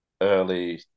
early